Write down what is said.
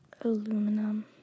Aluminum